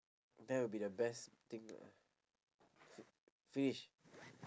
that would be the best thing lah finish